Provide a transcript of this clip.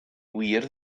wir